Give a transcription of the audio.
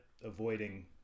avoiding